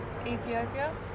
Ethiopia